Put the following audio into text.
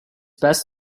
best